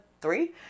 Three